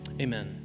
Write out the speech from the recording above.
Amen